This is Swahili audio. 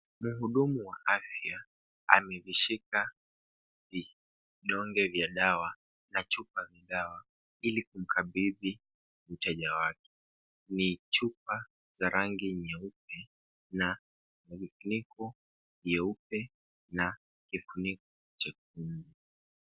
Mhudumu wa afya amezishika vidonge vya dawa na chupa za dawa ili kumkabidhi. Ni chupa za rangi nyeupe na vifunuko vyekundu.